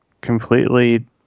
completely